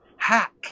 hack